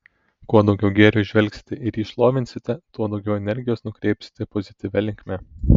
kuo daugiau gėrio įžvelgsite ir jį šlovinsite tuo daugiau energijos nukreipsite pozityvia linkme